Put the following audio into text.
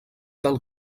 del